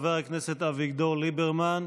חבר הכנסת אביגדור ליברמן,